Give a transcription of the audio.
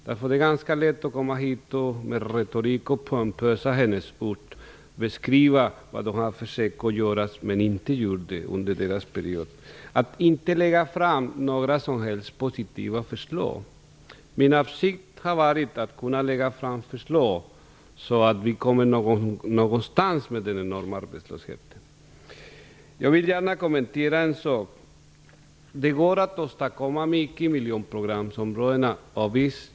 Det är ganska lätt att med hjälp av retorik och pompösa honnörsord beskriva vad de försökte att göra men inte gjorde under sin regeringsperiod. De lägger inte fram några som helst positiva förslag. Min avsikt har varit att kunna lägga fram förslag, så att det går att komma någonstans med den enorma arbetslösheten. Jag vill gärna kommentera en sak. Det går att åstadkomma mycket i miljonprogramsområdena.